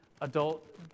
adult